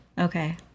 Okay